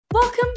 Welcome